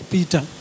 Peter